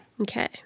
Okay